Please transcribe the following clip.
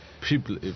People